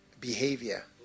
behavior